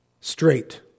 straight